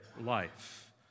life